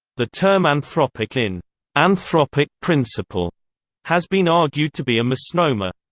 the term anthropic in anthropic principle has been argued to be a misnomer.